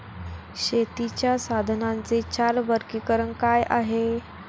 शेतीच्या साधनांचे चार वर्गीकरण काय आहे?